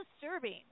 disturbing